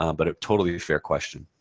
um but a totally fair question.